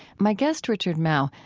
my guest, richard mouw,